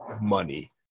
money